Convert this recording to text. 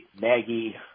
Maggie